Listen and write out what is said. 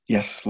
Yes